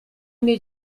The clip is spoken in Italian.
miei